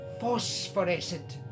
phosphorescent